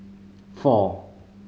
four